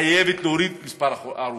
חייבים להוריד את מספר ההרוגים.